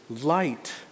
light